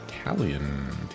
Italian